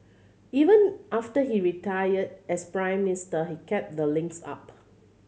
even after he retired as Prime Minister he kept the links up